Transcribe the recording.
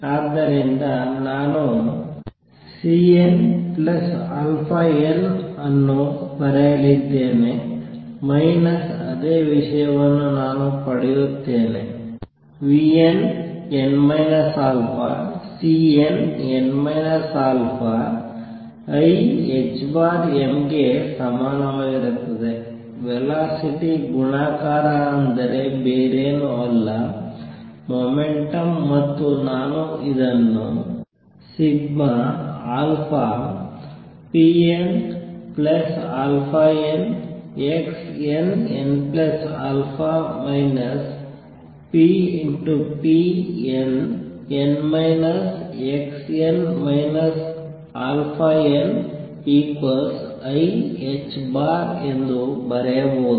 ಆದ್ದರಿಂದ ನಾನು Cnαn ಅನ್ನು ಬರೆಯಲಿದ್ದೇನೆ ಮೈನಸ್ ಅದೇ ವಿಷಯವನ್ನು ನಾನು ಪಡೆಯುತ್ತೇನೆ vnn Cnn α im ಗೆ ಸಮನಾಗಿರುತ್ತದೆ ವೆಲಸಿಟಿ ಗುಣಾಕಾರ ಅಂದರೆ ಬೇರೇನೂ ಅಲ್ಲ ಮುಮೆಂಟಮ್ ಮತ್ತು ನಾನು ಇದನ್ನು pnαn xnnα ppnn α xn αniℏ ಎಂದು ಬರೆಯಬಹುದು